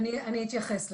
אוקיי, אז אני אתייחס לזה.